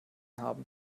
haben